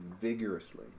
vigorously